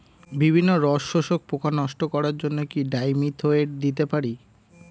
বিভিন্ন রস শোষক পোকা নষ্ট করার জন্য কি ডাইমিথোয়েট দিতে পারি?